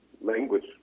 language